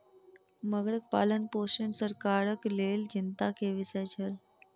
मगरक पालनपोषण सरकारक लेल चिंता के विषय छल